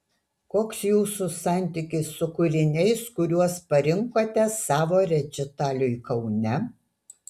koks jūsų santykis su kūriniais kuriuos parinkote savo rečitaliui kaune